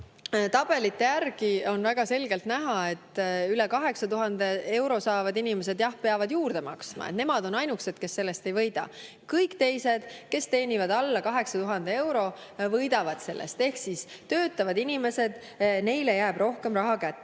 Tabelite järgi on väga selgelt näha, et üle 8000 euro saavad inimesed peavad juurde maksma. Nemad on ainukesed, kes sellest ei võida. Kõik teised, kes teenivad alla 8000 euro, võidavad sellest ehk siis töötavatele inimestele jääb rohkem raha kätte.